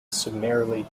summarily